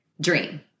dream